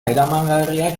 eramangarriak